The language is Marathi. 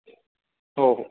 हो हो